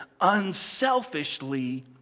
unselfishly